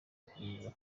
gukomeza